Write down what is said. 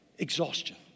exhaustion